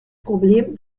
problem